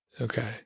Okay